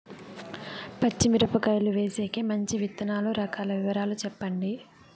పచ్చి మిరపకాయలు వేసేకి మంచి విత్తనాలు రకాల వివరాలు చెప్పండి?